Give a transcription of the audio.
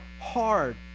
hard